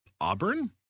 Auburn